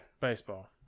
baseball